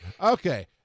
Okay